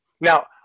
now